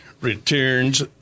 returns